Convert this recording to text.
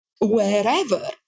wherever